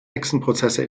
hexenprozesse